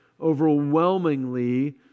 overwhelmingly